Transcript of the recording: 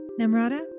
Namrata